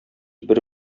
бер